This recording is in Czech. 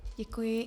Děkuji.